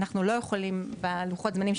אנחנו לא יכולים בלוחות הזמנים,